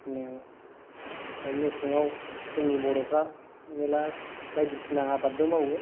ओ आरो मेसेङाव जोंनि बर'फ्रा मेला बायदिसिना आबादबो मावो